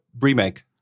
remake